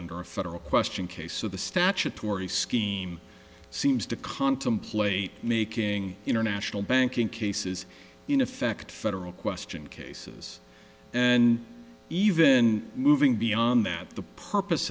under a federal question k so the statutory scheme seems to contemplate making international banking cases in effect federal question cases and even moving beyond that the purpose